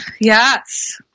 Yes